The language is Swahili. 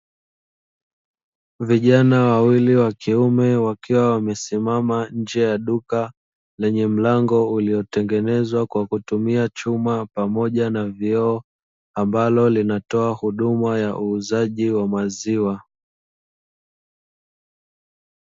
Vijana wawili wa kiume wakiwa wamesimama nje ya duka lenye mlango, uliotengenezwa kwa kutumia chuma pamoja na vioo. Ambalo linatoa huduma ya uuzaji wa maziwa.